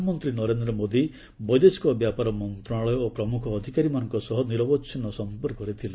ପ୍ରଧାନମନ୍ତ୍ରୀ ନରେନ୍ଦ୍ର ମୋଦି ବୈଦେଶିକ ବ୍ୟାପାର ମନ୍ତ୍ରଣାଳୟ ଓ ପ୍ରମ୍ରଖ ଅଧିକାରୀମାନଙ୍କ ସହ ନିରବଚ୍ଛିନ୍ଦ ସମ୍ପର୍କରେ ଥିଲେ